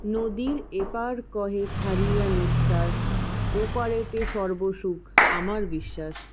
নদীর এপার কহে ছাড়িয়া নিঃশ্বাস ও পারেতে সর্বসুখ আমার বিশ্বাস